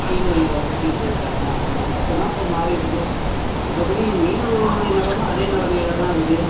மீனு பிடிச்சிட்ருக்காங்க அது மட்டும் தான் இப்போ மாறிருக்குத்து மற்றபடி மீனவர்களுடைய நிலம அதே நிலமையில தான் இருக்குது